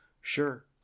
Sure